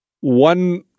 One